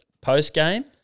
post-game